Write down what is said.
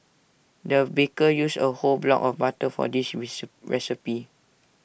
the baker used A whole block of butter for this rise recipe